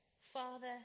Father